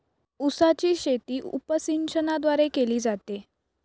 उसाची शेती उपसिंचनाद्वारे केली जाते